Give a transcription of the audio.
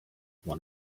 one